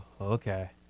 okay